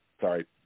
Sorry